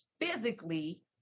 physically